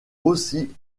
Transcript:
aussi